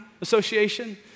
association